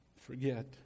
forget